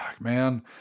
man